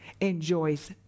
enjoys